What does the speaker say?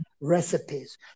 recipes